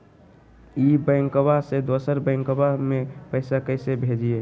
ई बैंकबा से दोसर बैंकबा में पैसा कैसे भेजिए?